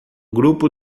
grupo